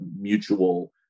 mutual